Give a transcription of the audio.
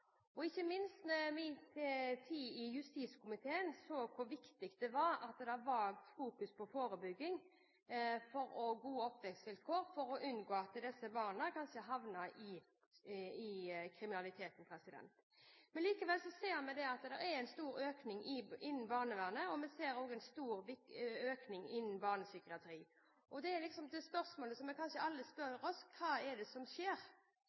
oppvekstvilkår. Ikke minst i min tid i justiskomiteen så jeg hvor viktig det var at det var fokusering på forebygging og gode oppvekstvilkår for kanskje å unngå at disse barna havnet i kriminalitet. Likevel ser vi at det er en stor økning i behovet innen barnevernet, og vi ser også en stor økning i behovet innen barnepsykiatrien. Det er liksom det spørsmålet som vi alle stiller oss: Hva er det som skjer?